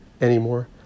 anymore